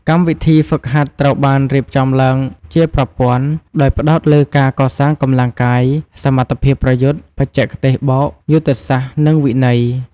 កម្មវិធីហ្វឹកហាត់ត្រូវបានរៀបចំឡើងជាប្រព័ន្ធ ដោយផ្ដោតលើការកសាងកម្លាំងកាយ សមត្ថភាពប្រយុទ្ធ បច្ចេកទេសបោក យុទ្ធសាស្ត្រ និងវិន័យ។